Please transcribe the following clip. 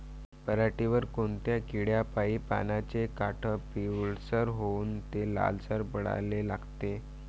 पऱ्हाटीवर कोनत्या किड्यापाई पानाचे काठं पिवळसर होऊन ते लालसर पडाले लागते?